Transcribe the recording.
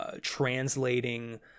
translating